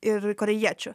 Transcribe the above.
ir korėjiečių